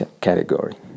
category